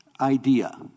idea